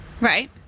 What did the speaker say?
Right